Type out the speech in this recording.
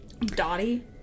Dottie